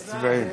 היא חדשה בכנסת.